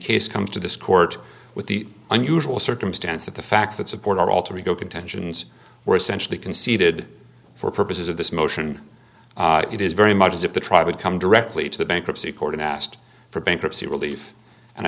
case comes to this court with the unusual circumstance that the facts that support our alter ego contentions were essentially conceded for purposes of this motion it is very much as if the tribe would come directly to the bankruptcy court and asked for bankruptcy relief and i